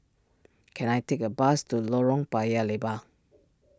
can I take a bus to Lorong Paya Lebar